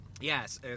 Yes